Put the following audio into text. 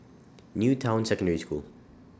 New Town Secondary School